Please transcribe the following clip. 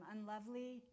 unlovely